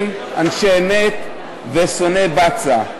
אנשי אמת ושונאי בצע.